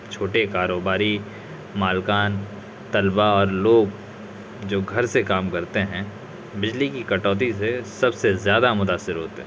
چھوٹے کاروباری مالکان طلبا اور لوگ جو گھر سے کام کرتے ہیں بجلی کی کٹوتی سے سب سے زیادہ متأثر ہوتے ہیں